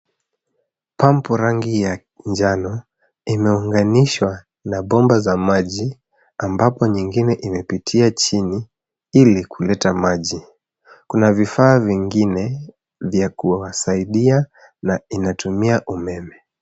Pampu rangi ya njano imeunganishwa na bomba za maji ambapo nyingine imepitia chini ili kuleta maji. Kuna vifaa vingine vya kuwa wasaidia na inatumia umeme.